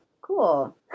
cool